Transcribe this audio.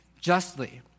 justly